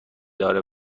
داره